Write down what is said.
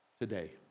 today